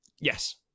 yes